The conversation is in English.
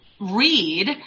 read